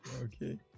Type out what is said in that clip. okay